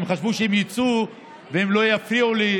הם חשבו שאם הם יצאו והם לא יפריעו לי,